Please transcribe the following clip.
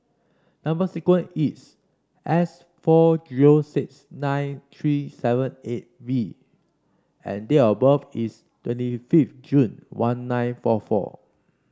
number sequence is S four zero six nine three seven eight V and date of birth is twenty fifth June one nine four four